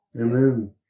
Amen